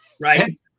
Right